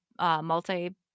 Multi